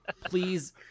please